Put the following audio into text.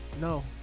No